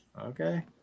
okay